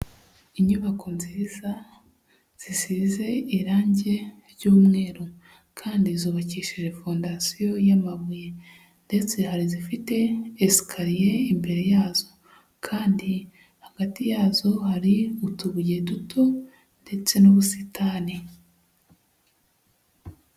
Inyubako nziza zisize irange ry'umweru kandi zubakishije fondasiyo y'amabuye, ndetse hari izifite esikariye imbere yazo, kandi hagati yazo hari utubuye duto ndetse n'ubusitani.